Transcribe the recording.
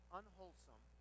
unwholesome